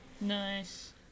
Nice